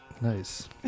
Nice